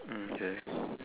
mm K